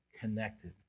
connected